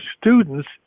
students